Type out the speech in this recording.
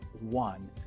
one